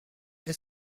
est